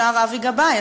השר אבי גבאי,